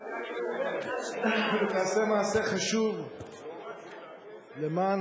תעשה מעשה חשוב למען,